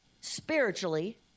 spiritually